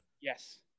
yes